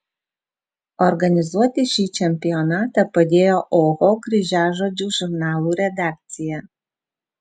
organizuoti šį čempionatą padėjo oho kryžiažodžių žurnalų redakcija